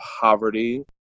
poverty